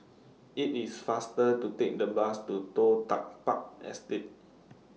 IT IS faster to Take The Bus to Toh Tuck Park Estate